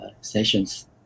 sessions